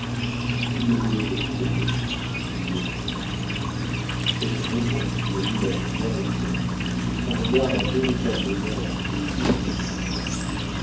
il ne pouvait que mourir lui ai-je dit cette réponse lui a mis la joie au cœur et son regard m'a véritablement épouvantée